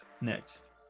next